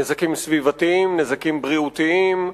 נזקים סביבתיים, נזקים בריאותיים,